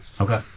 okay